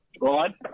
right